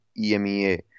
EMEA